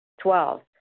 Twelve